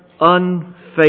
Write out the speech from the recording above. unfaithful